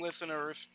listeners